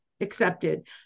accepted